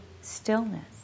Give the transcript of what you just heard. stillness